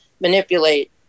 manipulate